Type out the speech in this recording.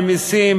ממסים,